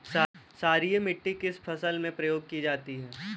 क्षारीय मिट्टी किस फसल में प्रयोग की जाती है?